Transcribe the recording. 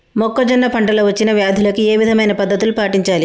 మొక్కజొన్న పంట లో వచ్చిన వ్యాధులకి ఏ విధమైన పద్ధతులు పాటించాలి?